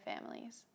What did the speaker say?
families